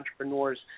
entrepreneurs